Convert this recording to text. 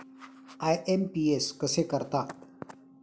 IMPS कसे करतात?